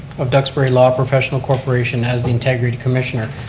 of duxbury law professional corporation, as the integrity commissioner.